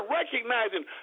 recognizing